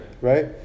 Right